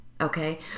Okay